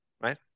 right